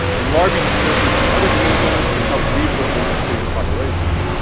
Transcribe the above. then larvae dispersing from other green zones can help rebuild those depleted populations.